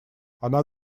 она